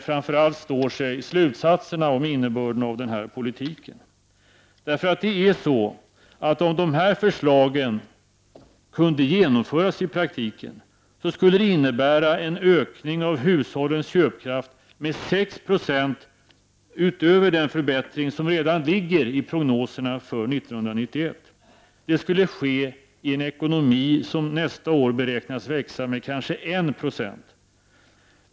Framför allt står sig slutsatserna om innebörden av moderaternas politik. Om förslagen skulle genomföras i praktiken, skulle det innebära en ökning av hushållens köpkraft med 6 70 utöver den förbättring som redan ligger i prognoserna för 1991. Detta skulle ske i en ekonomi som nästa år beräknas växa med kanske 196.